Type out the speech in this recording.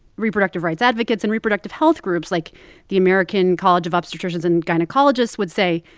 reproductive rights advocates and reproductive health groups, like the american college of obstetricians and gynecologists, would say,